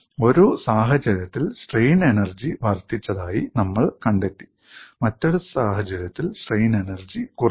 ഒരു സാഹചര്യത്തിൽ strain energy വർദ്ധിച്ചതായി നമ്മൾ കണ്ടെത്തി മറ്റൊരു സാഹചര്യത്തിൽ സ്ട്രെയിൻ എനർജി കുറഞ്ഞു